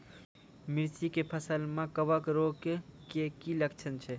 मिर्ची के फसल मे कवक रोग के की लक्छण छै?